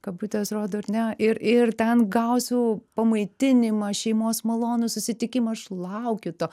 kabutės rodo ar ne ir ir ten gausiu pamaitinimą šeimos malonų susitikimą aš laukiu to